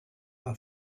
war